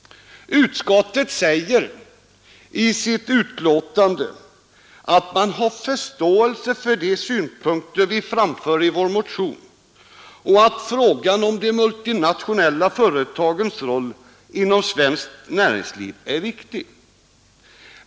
Utskottet säger i sitt betänkande att man har förståelse för de synpunkter vi framför i vår motion och att frågan om de multinationella företagens roll inom svenskt näringsliv är viktig.